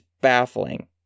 baffling